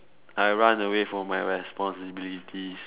I run away from my responsibilities